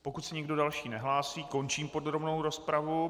Pokud se nikdo další nehlásí, končím podrobnou rozpravu.